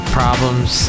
problems